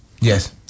Yes